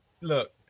Look